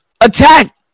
attack